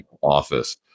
office